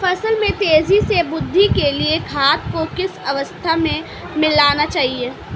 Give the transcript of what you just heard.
फसल में तेज़ी से वृद्धि के लिए खाद को किस अवस्था में मिलाना चाहिए?